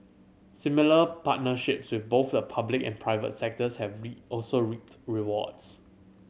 similar partnerships with both the public and private sectors have be also reaped rewards